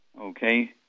okay